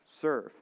serve